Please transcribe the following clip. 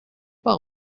pas